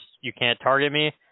you-can't-target-me